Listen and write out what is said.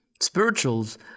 spirituals